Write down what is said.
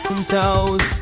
toes